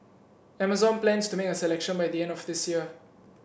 Amazon plans to make a selection by the end of this year